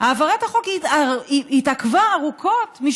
העברת החוק התעכבה ארוכות,